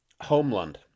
Homeland